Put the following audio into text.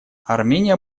армения